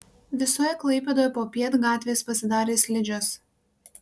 visoje klaipėdoje popiet gatvės pasidarė slidžios